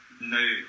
no